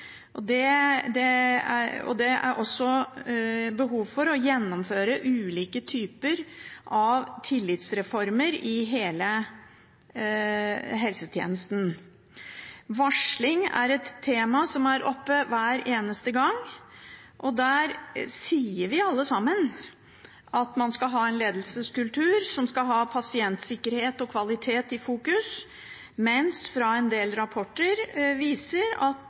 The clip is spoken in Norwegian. Det er også behov for å gjennomføre ulike typer tillitsreformer i hele helsetjenesten. Varsling er et tema som er oppe hver eneste gang, og der sier vi alle sammen at man skal ha en ledelseskultur som skal ha pasientsikkerhet og kvalitet i fokus, mens en del rapporter viser at